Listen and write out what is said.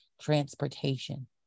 transportation